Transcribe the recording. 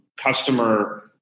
customer